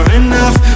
enough